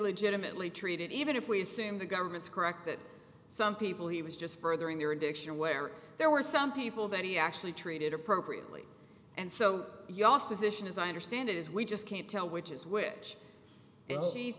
legitimately treated even if we assume the government's correct that some people he was just furthering their addiction or where there were some people that he actually treated appropriately and so you also position as i understand it is we just can't tell which is which